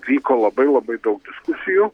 vyko labai labai daug diskusijų